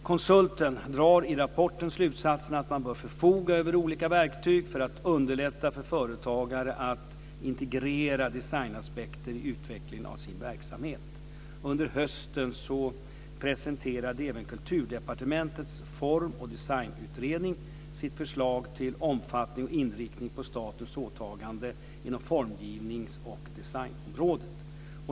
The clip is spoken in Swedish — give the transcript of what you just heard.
Konsulten drar i rapporten slutsatsen att man bör förfoga över olika verktyg för att underlätta för företagare att integrera designaspekter i utvecklingen av sin verksamhet. Under hösten presenterade även Kulturdepartementets Form och designutredning sitt förslag till omfattning och inriktning på statens åtagande inom formgivnings och designområdet.